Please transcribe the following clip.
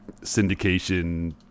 syndication